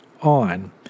on